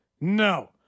No